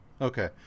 Okay